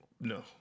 No